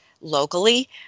locally